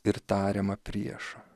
ir tariamą priešą